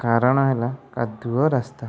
କାରଣ ହେଲା କାଦୁଅ ରାସ୍ତା